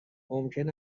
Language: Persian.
ممکن